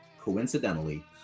coincidentally